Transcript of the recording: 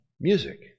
music